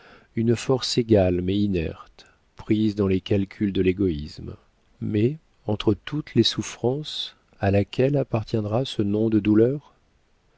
une force égale mais inerte prise dans les calculs de l'égoïsme mais entre toutes les souffrances à laquelle appartiendra ce nom de douleur